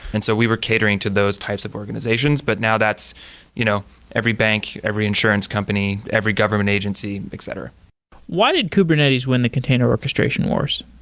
and so we were catering to those types of organizations. but now that's you know every bank, every insurance company, every government agency, etc why did kubernetes win the container orchestration wars?